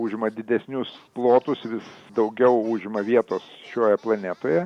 užima didesnius plotus vis daugiau užima vietos šioje planetoje